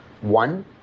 one